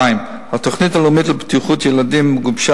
2. התוכנית הלאומית לבטיחות ילדים גובשה